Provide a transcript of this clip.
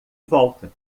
volta